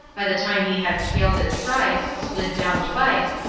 by the time he had scaled it thrice, slid down twice,